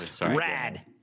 Rad